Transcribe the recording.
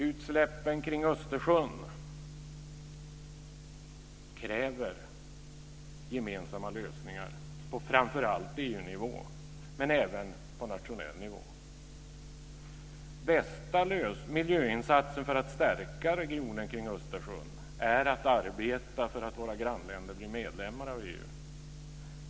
Utsläppen kring Östersjön kräver gemensamma lösningar på framför allt bionivå men även på nationell nivå. Bästa miljöinsatsen för att stärka regionen kring Östersjön är att arbeta för att våra grannländer blir medlemmar av EU.